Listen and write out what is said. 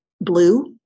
blue